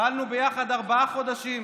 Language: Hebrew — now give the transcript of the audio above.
פעלנו ביחד ארבעה חודשים,